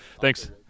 Thanks